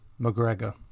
McGregor